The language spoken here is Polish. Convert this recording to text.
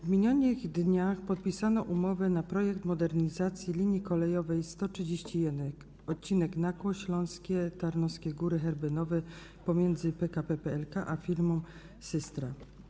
W minionych dniach podpisano umowę na projekt modernizacji linii kolejowej nr 131, odcinek Nakło Śląskie - Tarnowskie Góry - Herby Nowe pomiędzy PKP PLK a firmą Systra.